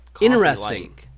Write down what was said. interesting